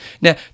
Now